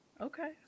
Okay